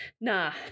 nah